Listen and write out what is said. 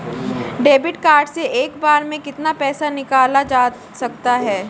Debit card से एक बार में कितना पैसा निकाला जा सकता है?